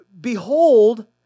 behold